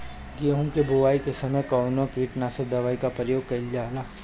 गेहूं के बोआई के समय कवन किटनाशक दवाई का प्रयोग कइल जा ला?